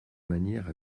manière